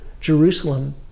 Jerusalem